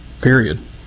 period